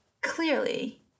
Clearly